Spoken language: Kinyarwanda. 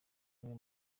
bamwe